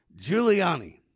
Giuliani